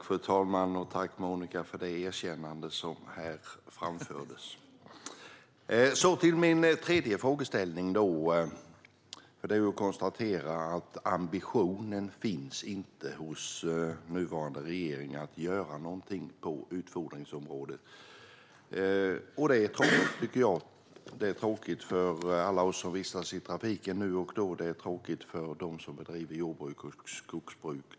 Fru talman! Tack, Monica, för det erkännande som här framfördes! Jag kan konstatera att ambitionen inte finns hos nuvarande regering att göra något på utfodringsområdet, vilket är tråkigt. Det är tråkigt för alla oss som nu och då vistas i trafiken, och det är tråkigt för dem som bedriver jordbruk och skogsbruk.